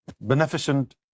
beneficent